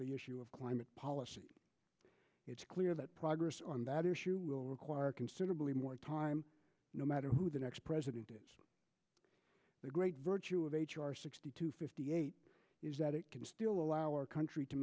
the issue of climate policy it's clear that progress on that issue will require considerably more time no matter who the next president is the great virtue of h r sixty two fifty eight is that it can still allow our country to